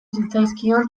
zitzaizkion